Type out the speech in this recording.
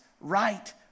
right